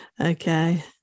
Okay